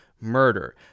murder